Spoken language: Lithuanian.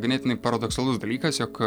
ganėtinai paradoksalus dalykas jog